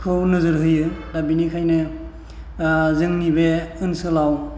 खौ नोजोर होयो दा बेनिखायनो जोंनि बे ओनसोलाव